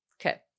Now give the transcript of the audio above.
Okay